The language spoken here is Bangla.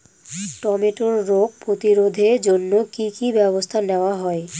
টমেটোর রোগ প্রতিরোধে জন্য কি কী ব্যবস্থা নেওয়া হয়?